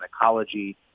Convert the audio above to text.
ecology